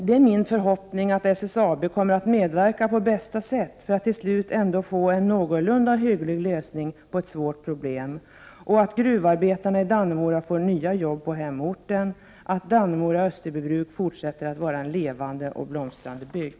Det är min förhoppning att SSAB på bästa sätt kommer att medverka för att till slut ändå få en någorlunda hygglig lösning på ett svårt problem: att gruvarbetarna i Dannemora får nya jobb på hemorten och att Dannemora-Österbybruk fortsätter att vara en levande och blomstrande bygd.